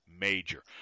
Major